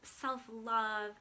self-love